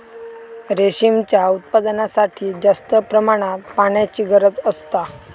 रेशीमच्या उत्पादनासाठी जास्त प्रमाणात पाण्याची गरज असता